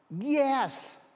yes